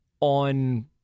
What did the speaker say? on